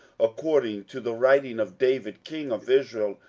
according to the writing of david king of israel,